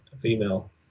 female